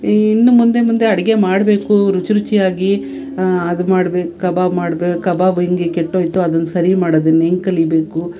ಇನ್ನು ಮುಂದೆ ಮುಂದೆ ಅಡುಗೆ ಮಾಡಬೇಕು ರುಚಿ ರುಚಿಯಾಗಿ ಅದು ಮಾಡ್ಬೇಕು ಕಬಾಬ್ ಮಾಡ್ಬೇಕು ಕಬಾಬ್ ಹೆಂಗೆ ಕೆಟ್ಟೋಯಿತು ಅದನ್ನು ಸರಿ ಮಾಡೋದನ್ನು ಹೆಂಗ್ ಕಲಿಬೇಕು